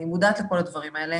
אני מודעת לכל הדברים האלה.